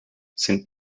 saint